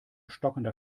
stockender